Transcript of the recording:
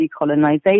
decolonization